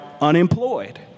unemployed